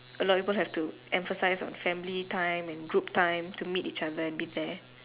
a lot of people have to emphasize on family time and group time to meet each other and be there